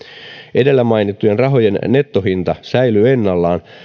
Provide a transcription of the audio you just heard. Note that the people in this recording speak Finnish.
edellä mainittujen rahojen nettohinta säilyy ennallaan